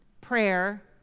prayer